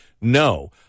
no